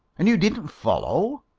and you didn't follow?